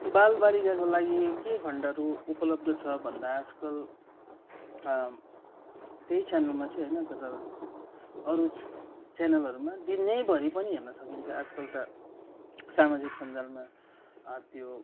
बाल बालिकाको लागि के खण्डहरू उपलब्ध छ भन्दा आजकल त्यही च्यानलमा चाहिँ होइन तर अरू च्यानलहरूमा दिनैभरि पनि हेर्न सकिन्छ आजकल त सामाजिक सञ्जालमा त्यो